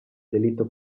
delitto